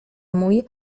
mój